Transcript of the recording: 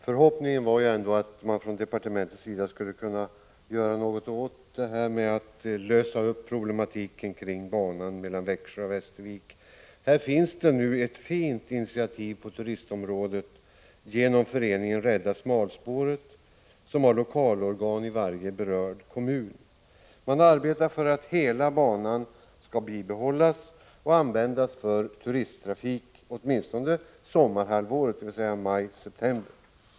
Förhoppningen var ändå att man från departementets sida skulle kunna medverka till att lösa upp problematiken kring banan mellan Växjö och Västervik. Här finns ett fint initiativ på turistområdet genom föreningen Rädda smalspåret, som har lokalorgan i varje berörd kommun. Man arbetar för att hela banan skall bibehållas och användas för turisttrafik åtminstone under sommarhalvåret, dvs. från maj till september.